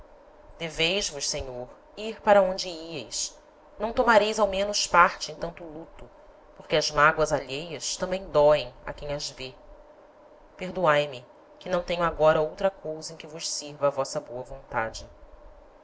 nós deveis vos senhor ir para onde ieis não tomareis ao menos parte em tanto luto porque as mágoas alheias tambem doem a quem as vê perdoae me que não tenho agora outra cousa em que vos sirva a vossa boa vontade